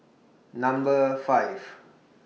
Number five